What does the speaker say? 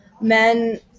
men